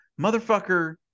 motherfucker